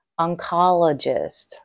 oncologist